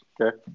Okay